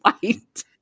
white